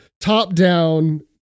top-down